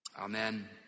Amen